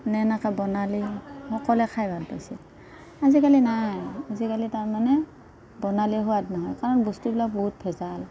মানে এনেকে বনালেই সকলোৱে খাই ভাল পাইছিল আজিকালি নাই আজিকালি তাৰ মানে বনালে সোৱাদ নহয় কাৰণ বস্তুবিলাক বহুত ভেজাল